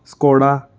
Skoda